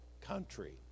country